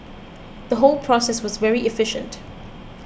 the whole process was very efficient